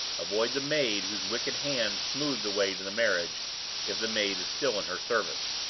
avoid the maid whose wicked hand smoothed the way to the marriage if the maid is still in her service.